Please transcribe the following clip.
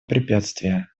препятствия